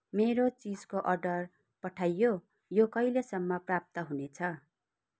मेरो चिजको अर्डर पठाइयो यो कहिलेसम्म प्राप्त हुनेछ